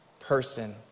person